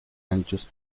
anchos